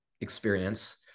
experience